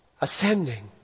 ascending